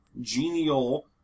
genial